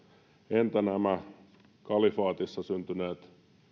entä nämä kalifaatissa syntyneet